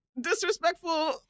Disrespectful